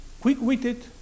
Quick-witted